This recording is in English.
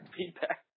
feedback